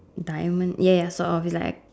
diamond ya ya sort of it's like